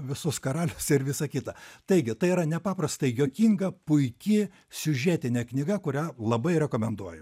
visus karalius ir visa kita taigi tai yra nepaprastai juokinga puiki siužetinė knyga kurią labai rekomenduoju